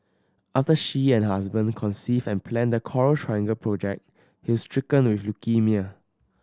after she and her husband conceived and planned the Coral Triangle project he's stricken with leukaemia